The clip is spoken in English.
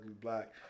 black